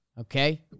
Okay